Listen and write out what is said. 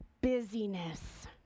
Busyness